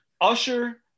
Usher